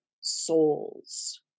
souls